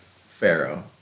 Pharaoh